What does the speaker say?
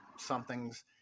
somethings